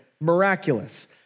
miraculous